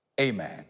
amen